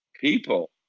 people